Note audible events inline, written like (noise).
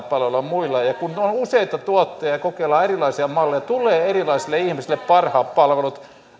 (unintelligible) palveluilla muilla kun meillä on useita tuottajia ja kokeillaan erilaisia malleja tulee erilaisille ihmisille parhaat palvelut